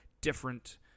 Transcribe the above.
different